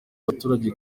abaturage